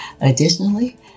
Additionally